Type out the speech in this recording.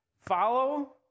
Follow